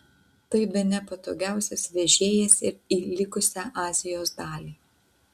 tai bene patogiausias vežėjas ir į likusią azijos dalį